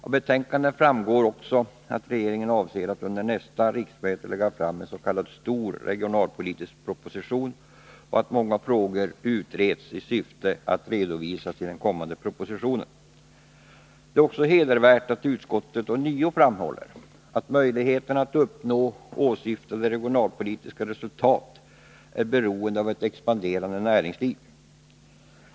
Av betänkandet framgår också att regeringen avser att under nästa riksmöte lägga fram en s.k. stor regionalpolitisk proposition och att många frågor utreds i syfte att redovisas i den kommande propositionen. Det är också hedervärt att utskottet ånyo framhåller att möjligheterna att uppnå åsyftade regionalpolitiska resultat är beroende av ett expanderande näringsliv.